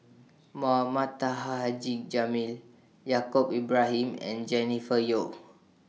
Mohamed Taha Haji Jamil Yaacob Ibrahim and Jennifer Yeo